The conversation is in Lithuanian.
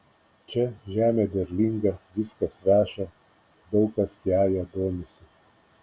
čia žemė derlinga viskas veša daug kas jąja domisi